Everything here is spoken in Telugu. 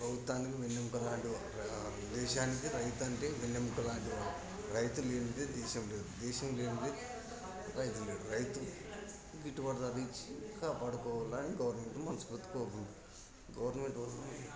ప్రభుత్వానికి వెన్నముక లాంటిది దేశానికి రైతంటే వెన్నముక లాంటివాడు రైతు లేనిదే దేశం లేదు దేశం లేనిదే రైతు లేదు రైతుకు గిట్టుబాటు ధరలు ఇచ్చి కాపాడుకోవాలని గవర్నమెంట్ను మనస్ఫూర్తిగా కోరుకుంటున్నాను గవర్నమెంటు